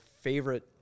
favorite